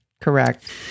Correct